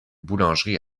boulangerie